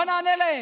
מה נענה להם?